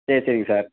சரி சரிங்க சார்